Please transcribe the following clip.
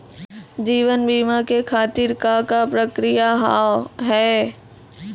जीवन बीमा के खातिर का का प्रक्रिया हाव हाय?